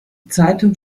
zeitung